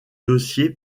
dossiers